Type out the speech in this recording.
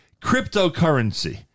Cryptocurrency